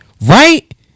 right